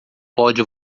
pode